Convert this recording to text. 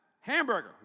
hamburger